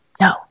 No